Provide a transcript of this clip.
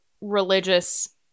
religious